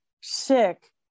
sick